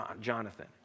Jonathan